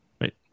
Right